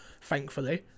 thankfully